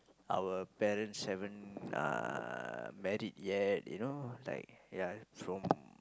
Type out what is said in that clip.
our parents haven't uh married yet you know like yeah from